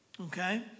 Okay